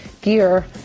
gear